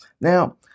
Now